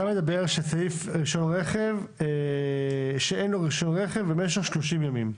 אתה אומר שאין לו רישיון רכב במשך 30 ימים.